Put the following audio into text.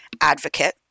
advocate